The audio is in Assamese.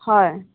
হয়